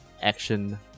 action